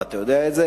ואתה יודע את זה,